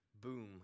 boom